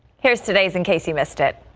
here's today's in case you missed it.